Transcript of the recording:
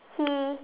see